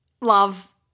Love